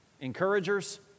Encouragers